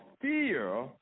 fear